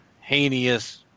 heinous